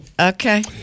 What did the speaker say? Okay